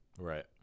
Right